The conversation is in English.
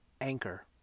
Anchor